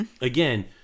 Again